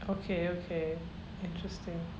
okay okay interesting